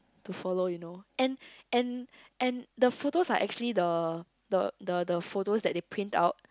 to follow you know and and and the photos are actually the the the the photos that they print out